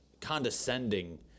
condescending